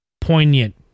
poignant